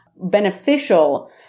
beneficial